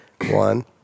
One